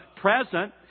present